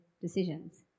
decisions